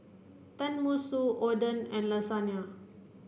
Tenmusu Oden and Lasagna